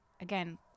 again